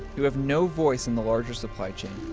who have no voice in the larger supply chain.